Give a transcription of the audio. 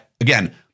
again